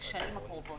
לשנים הקרובות.